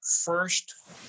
first